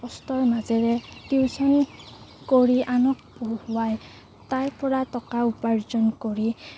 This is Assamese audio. কষ্টৰ মাজেৰে টিউচন কৰি আনক পঢ়ুৱাই তাৰপৰা টকা উপাৰ্জন কৰি